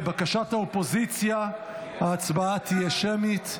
לבקשת האופוזיציה, ההצבעה תהיה שמית.